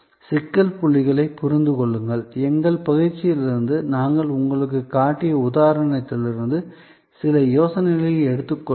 சிக்கல் புள்ளிகளைப் புரிந்து கொள்ளுங்கள் எங்கள் பயிற்சியிலிருந்து நான் உங்களுக்குக் காட்டிய உதாரணத்திலிருந்து சில யோசனைகளை எடுத்துக் கொள்ளுங்கள்